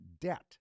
debt